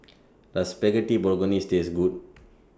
Does Spaghetti Bolognese Taste Good